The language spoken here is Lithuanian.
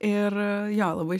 ir jo labai